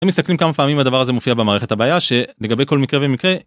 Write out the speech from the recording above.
אם מסתכלים כמה פעמים הדבר הזה מופיע במערכת, הבעיה שלגבי כל מקרה ומקרה